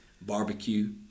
barbecue